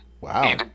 Wow